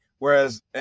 Whereas